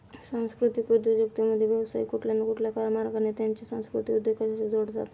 सांस्कृतिक उद्योजकतेमध्ये, व्यावसायिक कुठल्या न कुठल्या मार्गाने त्यांची संस्कृती उद्योगाशी जोडतात